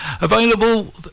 available